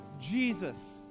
Jesus